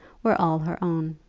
were all her own.